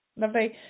Lovely